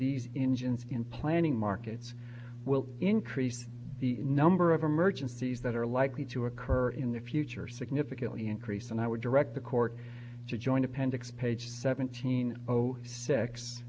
these engines in planning markets will increase the number of emergencies that are likely to occur in the future significantly increase and i would direct the court to join appendix page seventeen o six